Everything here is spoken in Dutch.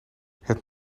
het